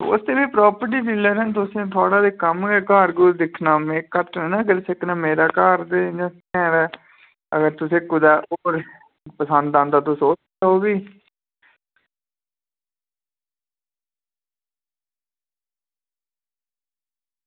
ओह् ते property dealer ऐ तुसें थुआढ़ा ते कम्म गै घर दिक्खना में घट्ट नि ना दस्सी सकना मेरा घर ते इ'यां शैल ऐ अगर तुसेंगी कुदै होर पसंद आंदा तुस ओह् दिक्खी लैओ फ्ही